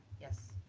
yes.